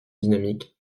dynamique